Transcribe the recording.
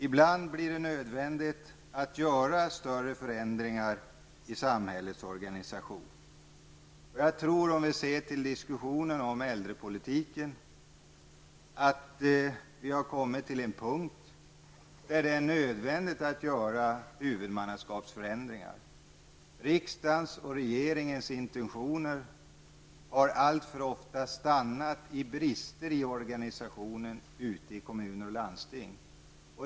Ibland blir det nödvändigt att göra större förändringar i samhällets organisation. Vad gäller äldrepolitiken tror jag att vi har kommit till en punkt där det är nödvändigt att göra huvudmannaskapsförändringar. Riksdagens och regeringens intentioner har alltför ofta hejdats på grund av brister i organisationen ute i kommuner och landsting.